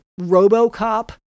RoboCop